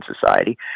society